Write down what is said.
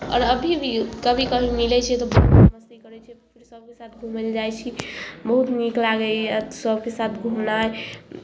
आओर अभी भी कभी काल मिलै छियै तऽ बहुत मस्ती करै छियै सभके साथ घूमय लए जाइ छी बहुत नीक लागैए सभके साथ घुमनाइ